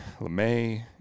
LeMay